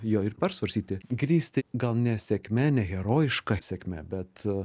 jo ir persvarstyti grįsti gal ne sėkme ne herojiška sėkme bet